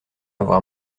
avoir